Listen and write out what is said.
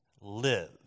Live